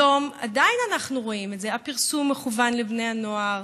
היום עדיין רואים את זה: הפרסום מכוון לבני הנוער,